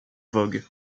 vogue